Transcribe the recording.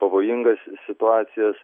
pavojingas situacijas